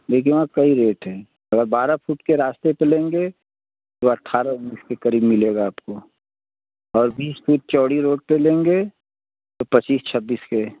देखिए वहाँ कई रेट है अगर बारह फुट के रास्ते पर लेंगे तो अठारह उन्नीस के करीब मिलेगा आपको और बीस फीट चौड़ी रोड पर लेंगे तो पच्चीस छब्बीस के